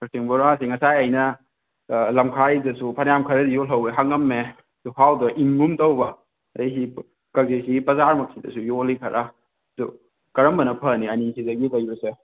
ꯀꯥꯛꯆꯤꯡ ꯕꯣꯔꯥꯁꯤ ꯉꯁꯥꯏ ꯑꯩꯅ ꯂꯝꯈꯥꯏꯗꯁꯨ ꯐꯅꯌꯥꯝ ꯈꯔ ꯌꯣꯜꯍꯧꯋꯦ ꯍꯪꯉꯝꯃꯦ ꯑꯗꯨ ꯍꯥꯎꯗꯣ ꯏꯪꯒꯨꯝ ꯇꯧꯕ ꯑꯗꯒꯤ ꯍꯧꯖꯤꯛꯁꯤ ꯕꯖꯥꯔꯃꯛꯁꯤꯗꯁꯨ ꯌꯣꯜꯂꯤ ꯈꯔ ꯑꯗꯨ ꯀꯔꯝꯕꯅ ꯐꯅꯤ ꯑꯅꯤꯁꯤꯗꯒꯤ ꯂꯩꯕꯁꯦ